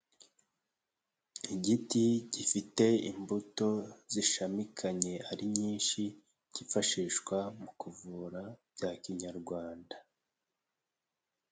Igiti gifite imbuto zishamikanye ari nyinshi, kifashishwa mu kuvura bya kinyarwanda.